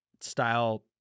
style